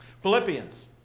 Philippians